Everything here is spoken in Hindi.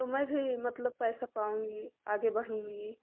तो मैं भी मतलब पैसा पाऊँगी आगे बढ़ूँगी